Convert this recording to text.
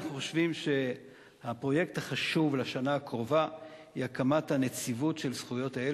אנחנו חושבים שהפרויקט החשוב לשנה הקרובה הוא הקמת נציבות זכויות הילד,